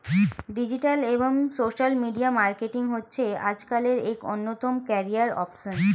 digital এবং social media marketing হচ্ছে আজকালের এক অন্যতম ক্যারিয়ার অপসন